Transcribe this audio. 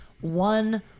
one